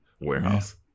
warehouse